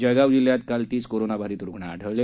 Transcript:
जळगाव जिल्ह्यात काल तीस कोरोनाबाधित रुग्ण आढळले